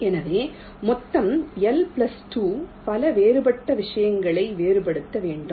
எனவே மொத்தம் L plus 2 பல வேறுபட்ட விஷயங்களை வேறுபடுத்த வேண்டும்